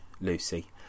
Lucy